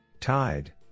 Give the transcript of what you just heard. Tide